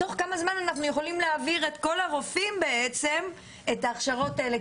תוך כמה זמן אנחנו יכולים להעביר את כל הרופאים את ההכשרות האלה?